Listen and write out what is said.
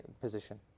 position